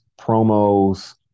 promos